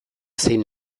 zein